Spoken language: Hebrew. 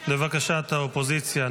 לבקשת האופוזיציה,